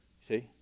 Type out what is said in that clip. See